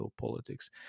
politics